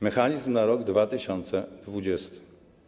Mechanizm na rok 2020.